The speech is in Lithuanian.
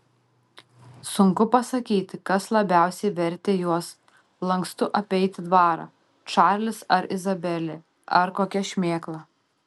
sunku pasakyti kas labiausiai vertė juos lankstu apeiti dvarą čarlis ar izabelė ar kokia šmėkla